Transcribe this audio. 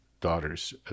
daughter's